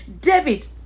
David